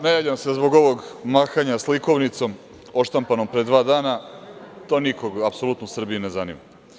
Ne javljam se zbog ovog mahanja slikovnicom odštampanom pre dva dana, to nikog apsolutno u Srbiji ne zanima.